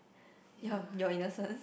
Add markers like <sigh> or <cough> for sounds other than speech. <breath> your your innocence